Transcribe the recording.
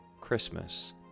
christmas